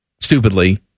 stupidly